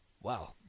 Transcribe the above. Wow